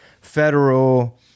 federal